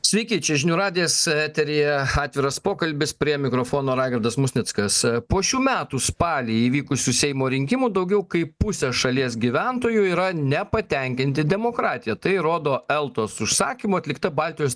sveiki čia žinių radijas eteryje atviras pokalbis prie mikrofono raigardas musnickas po šių metų spalį įvykusių seimo rinkimų daugiau kaip pusė šalies gyventojų yra nepatenkinti demokratija tai rodo eltos užsakymu atlikta baltijos